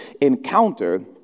encounter